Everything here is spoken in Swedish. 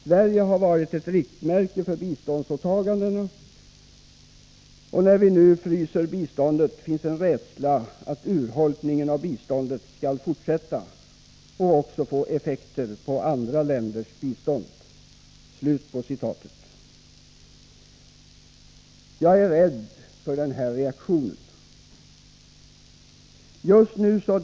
Sverige har varit ett riktmärke för biståndsåtagandena och när vi nu fryser biståndet finns en rädsla att urholkningen av biståndet skall fortsätta och också få effekter på andra länders bistånd.” Jag är rädd för denna reaktion.